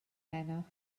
heno